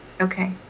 Okay